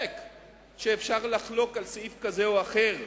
ספק שאפשר לחלוק על סעיף כזה או אחר,